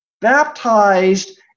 baptized